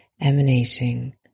emanating